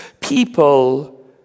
people